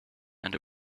and